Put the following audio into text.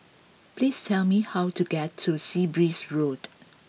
please tell me how to get to Sea Breeze Road